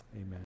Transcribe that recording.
Amen